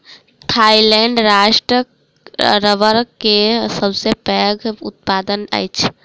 Thailand राष्ट्र रबड़ के सबसे पैघ उत्पादक अछि